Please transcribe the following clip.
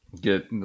Get